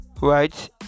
right